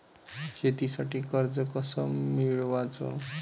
शेतीसाठी कर्ज कस मिळवाच?